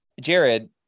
Jared